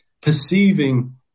Perceiving